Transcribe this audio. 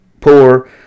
poor